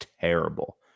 terrible